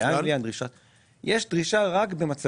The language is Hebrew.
בישראל יש שוק אג"ח